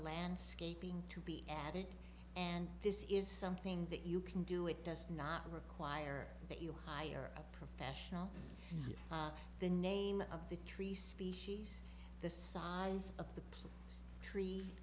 landscaping to be added and this is something that you can do it does not require that you hire a professional the name of the tree species the size of the tree